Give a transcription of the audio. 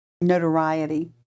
notoriety